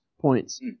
points